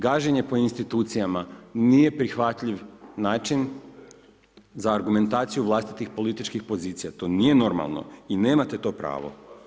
Gaženje po institucijama nije prihvatljiv način, za argumentaciju vlastitih političkih pozicija, to nije normalno i nemate to pravo.